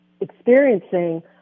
experiencing